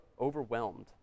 overwhelmed